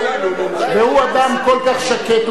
והוא אדם כל כך שקט.